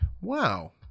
wow